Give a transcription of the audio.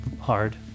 hard